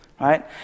right